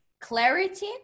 clarity